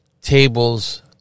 tables